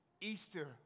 Easter